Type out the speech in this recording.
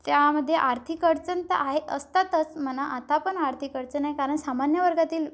त्यामध्ये आर्थिक अडचण तरं आहे असतातच मना आता पण आर्थिक अडचण आहे कारण सामान्य वर्गातील